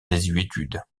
désuétude